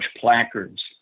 placards